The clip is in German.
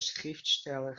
schriftsteller